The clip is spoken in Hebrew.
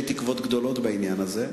אף-על-פי שאין לי תקוות גדולות בעניין הזה,